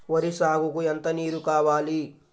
వరి సాగుకు ఎంత నీరు కావాలి?